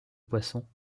poissons